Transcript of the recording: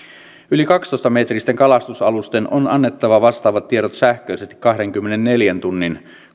yli kaksitoista metristen kalastusalusten on annettava vastaavat tiedot sähköisesti kahdenkymmenenneljän tunnin